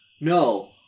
No